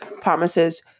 promises